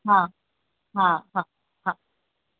हा हा हा हा